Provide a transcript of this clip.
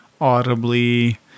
audibly